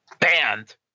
banned